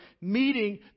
meeting